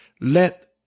let